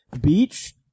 beach